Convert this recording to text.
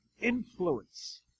influence